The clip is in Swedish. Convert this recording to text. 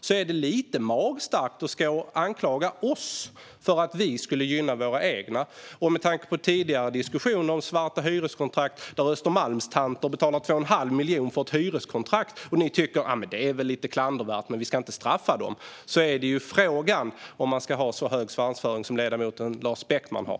Då är det lite magstarkt att stå och anklaga oss för att gynna våra egna. Med tanke på tidigare diskussioner om svarta hyreskontrakt och Östermalmstanter som betalar 2 1⁄2 miljon för ett hyreskontrakt, som ni tycker är lite klandervärt men att vi inte ska straffa dem, är frågan om man ska ha så hög svansföring som ledamoten Lars Beckman har.